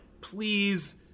please